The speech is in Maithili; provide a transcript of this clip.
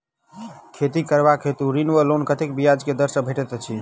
खेती करबाक हेतु ऋण वा लोन कतेक ब्याज केँ दर सँ भेटैत अछि?